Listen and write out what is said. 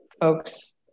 folks